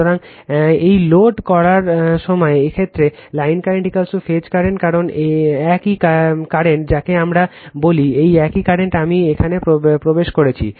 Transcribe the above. সুতরাং এই লোড করার সময় এই ক্ষেত্রে লাইন কারেন্ট ফেজ কারেন্ট কারণ একই কারেন্ট যাকে আমরা বলি একই কারেন্ট আমি এখানে প্রবেশ করছি